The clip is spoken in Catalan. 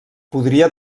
podria